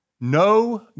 No